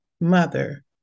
mother